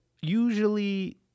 usually